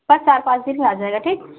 sir चार पाँच दिन में आजाएगा ठीक